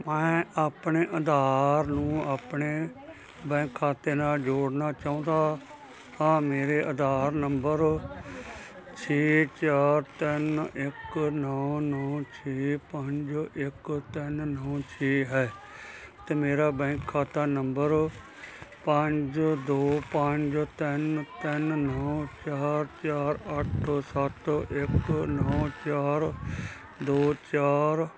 ਮੈਂ ਆਪਣੇ ਆਧਾਰ ਨੂੰ ਆਪਣੇ ਬੈਂਕ ਖਾਤੇ ਨਾਲ ਜੋੜਨਾ ਚਾਹੁੰਦਾ ਹਾਂ ਮੇਰੇ ਆਧਾਰ ਨੰਬਰ ਛੇ ਚਾਰ ਤਿੰਨ ਇੱਕ ਨੌਂ ਨੌਂ ਛੇ ਪੰਜ ਇੱਕ ਤਿੰਨ ਨੌਂ ਛੇ ਹੈ ਅਤੇ ਮੇਰਾ ਬੈਂਕ ਖਾਤਾ ਨੰਬਰ ਪੰਜ ਦੋ ਪੰਜ ਤਿੰਨ ਤਿੰਨ ਨੌਂ ਚਾਰ ਚਾਰ ਅੱਠ ਸੱਤ ਇੱਕ ਨੌਂ ਚਾਰ ਦੋ ਚਾਰ